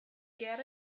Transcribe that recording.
get